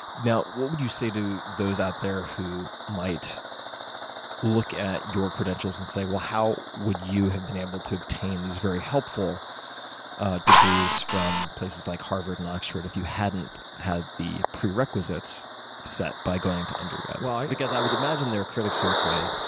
now what would you say to those out there who might look at your credentials and say, well, how would you have been able to obtain these very helpful degrees from places like harvard and oxford if you hadn't had the prerequisites set by going to undergrad? well, because i would imagine there are critics who would say